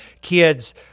kids